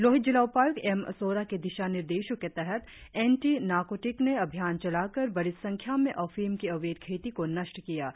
लोहित जिला उपाय्क्त एम सोरा के दिशानिर्देशो के तहत एंटी नारकोटिक ने अभियान चलाकर बड़ी संख्या में अफीम की अवैध खेती को नष्ट किया है